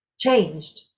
changed